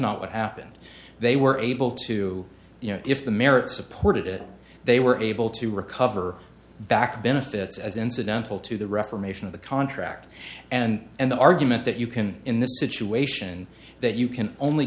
not what happened they were able to you know if the merits supported it they were able to recover back benefits as incidental to the reformation of the contract and the argument that you can in this situation that you can only